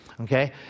okay